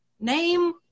name